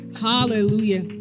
Hallelujah